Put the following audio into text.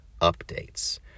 updates